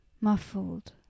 muffled